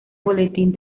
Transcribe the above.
boletín